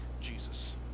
Jesus